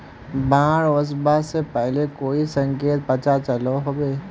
बाढ़ ओसबा से पहले कोई संकेत पता चलो होबे?